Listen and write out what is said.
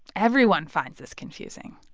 everyone finds this confusing,